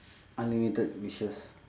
unlimited wishes